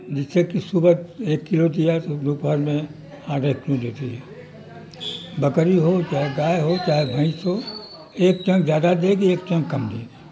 جیسے کہ صبح ایک کلو دیا تو دوپہر میں آدھا کلو دیتی ہے بکری ہو چاہے گائے ہو چاہے بھینس ہو ایک ٹیم زیادہ دے گی ایک ٹیم کم دے گی